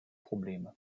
probleme